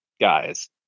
guys